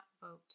vote